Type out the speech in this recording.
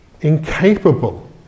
incapable